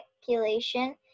speculation